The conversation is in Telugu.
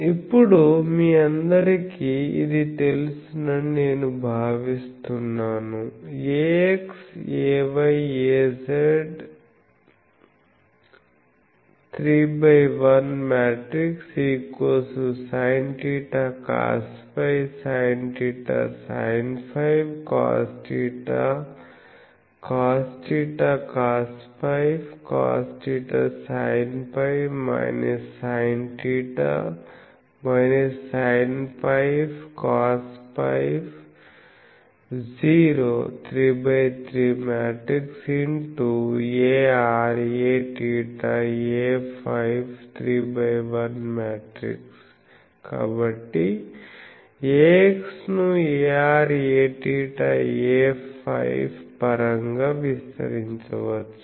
ఇప్పుడు మీ అందరికీ ఇది తెలుసునని నేను భావిస్తున్నాను a x a y a z 3x1 sinθ cosφ sinθ sinφ cosθ cosθcosφ cosθsinφ sinθ sinφ cosφ 03x3 ar aθ aφ3x1 కాబట్టి ax ను ar aθ aφ పరంగా విస్తరించవచ్చు